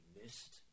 missed